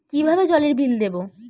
কিভাবে জলের বিল দেবো?